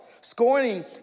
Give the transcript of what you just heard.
scorning